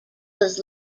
was